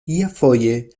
iafoje